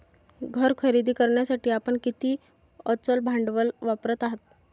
घर खरेदी करण्यासाठी आपण किती अचल भांडवल वापरत आहात?